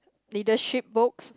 leadership books